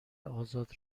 آزاد